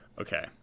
okay